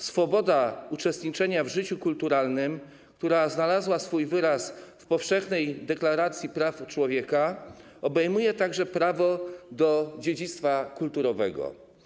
Swoboda uczestniczenia w życiu kulturalnym, która znalazła swój wyraz w Powszechnej Deklaracji Praw Człowieka, obejmuje także prawo do dziedzictwa kulturowego.